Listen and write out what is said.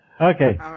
Okay